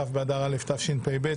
כ' באדר א' התשפ"ב,